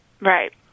Right